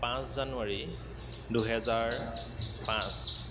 পাঁচ জানুৱাৰী দুহেজাৰ পাঁচ